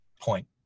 point